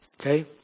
Okay